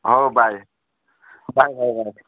ହଉ bye bye bye bye